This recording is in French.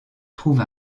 trouve